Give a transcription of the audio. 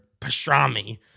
pastrami